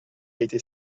été